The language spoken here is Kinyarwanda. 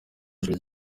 ijwi